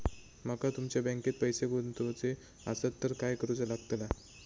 माका तुमच्या बँकेत पैसे गुंतवूचे आसत तर काय कारुचा लगतला?